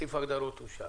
סעיף ההגדרות אושר.